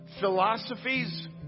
philosophies